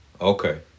Okay